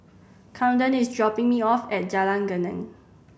Kamden is dropping me off at Jalan Geneng